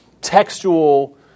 textual